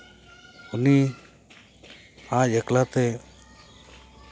ᱩᱱᱤ ᱟᱡ ᱮᱠᱞᱟ ᱛᱮ